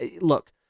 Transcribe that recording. Look